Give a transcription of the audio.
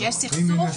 כשיש סכסוך.